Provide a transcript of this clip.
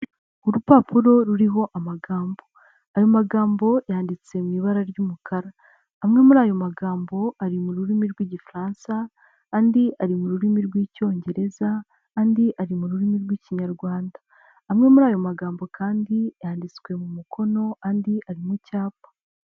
Urupapuro ruriho amagambo ayo magambo yanditse mu ibara ry'umukara amwe muri ayo magambo ari mu rurimi rw'igifaransa andi ari mu rurimi rw'icyongereza, andi ari mu rurimi rw'ikinyarwanda, amwe muri ayo magambo kandi yanditswe mu mukono andi ari mu cyapa.